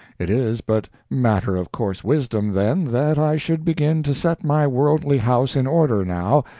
it is but matter-of-course wisdom, then, that i should begin to set my worldly house in order now,